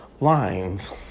lines